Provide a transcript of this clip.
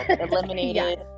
eliminated